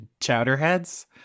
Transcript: chowderheads